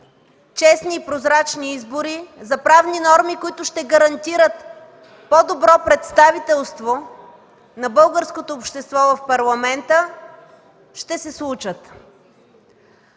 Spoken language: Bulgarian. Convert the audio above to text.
честни и прозрачни избори, за правни норми, които ще гарантират по-добро представителство на българското общество в Парламента, ще се случат.